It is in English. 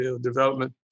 development